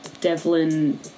devlin